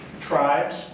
tribes